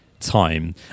time